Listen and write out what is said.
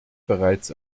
bereits